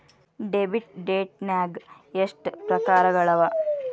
Debit ಡೈಟ್ನ್ಯಾಗ್ ಎಷ್ಟ್ ಪ್ರಕಾರಗಳವ?